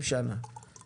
נציגיה יושבים כאן,